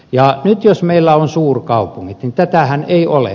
nyt jos meillä on suurkaupungit niin tätähän ei ole